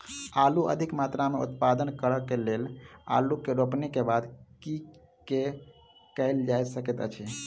आलु अधिक मात्रा मे उत्पादन करऽ केँ लेल आलु केँ रोपनी केँ बाद की केँ कैल जाय सकैत अछि?